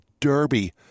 Derby